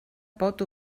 pot